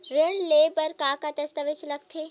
ऋण ले बर का का दस्तावेज लगथे?